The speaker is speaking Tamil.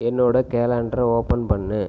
என்னோடய கேலண்டரை ஓபன் பண்ணு